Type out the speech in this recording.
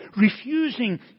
refusing